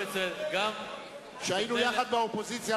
כשהיינו יחד באופוזיציה,